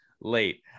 late